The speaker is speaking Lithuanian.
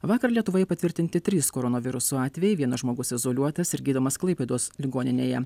vakar lietuvoje patvirtinti trys koronaviruso atvejai vienas žmogus izoliuotas ir gydomas klaipėdos ligoninėje